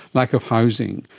lack of housing,